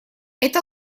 это